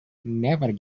never